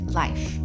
life